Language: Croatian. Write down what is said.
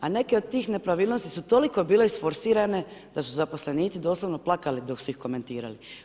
A neke od tih nepravilnosti su toliko bile isforsirane da su zaposlenici doslovno plakali dok su ih komentirali.